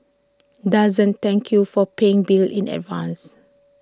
doesn't thank you for paying bills in advance